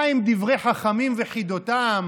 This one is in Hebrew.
מה עם דברי חכמים וחידותיהם?